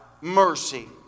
mercy